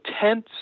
tense